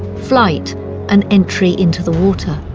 flight and entry into the water.